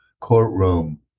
courtroom